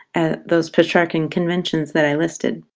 ah those petrachan conventions that i listed.